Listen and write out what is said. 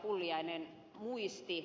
pulliainen muisti